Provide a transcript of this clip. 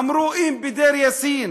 אמרו: אם בדיר-יאסין